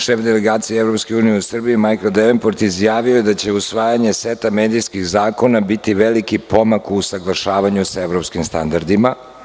Šef delegacije EU u Srbiji Majkl Devenport je izjavio da će usvajanje seta medijskih zakona biti veliki pomak u usaglašavanju sa evropskim standardima.